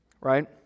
right